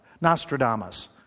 Nostradamus